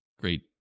great